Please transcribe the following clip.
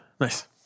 Nice